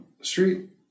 street